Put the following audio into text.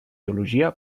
biologia